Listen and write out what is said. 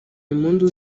impundu